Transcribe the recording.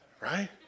Right